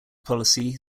policy